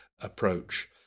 approach